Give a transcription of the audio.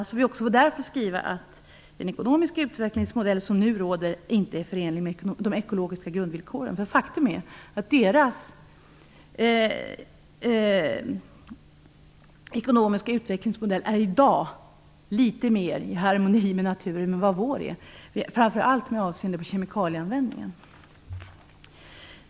I så fall får vi även där skriva att den ekonomiska utvecklingsmodell som nu råder är inte förenlig med de ekologiska grundvillkoren. Faktum är att deras ekonomiska utvecklingsmodell i dag är litet mer i harmoni med naturen än vad vår är. Det gäller framför allt med avseende på kemikalieanvändningen.